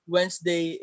Wednesday